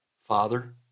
Father